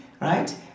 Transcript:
right